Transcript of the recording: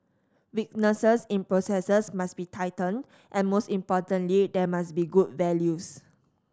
weaknesses in processes must be tightened and most importantly there must be good values